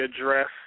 address